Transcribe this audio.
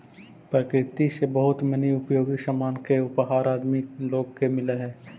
प्रकृति से बहुत मनी उपयोगी सामान के उपहार आदमी लोग के मिलऽ हई